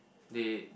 they